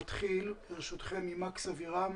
נתחיל עם מקס אבירם,